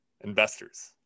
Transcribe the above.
Investors